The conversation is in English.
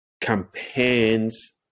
campaigns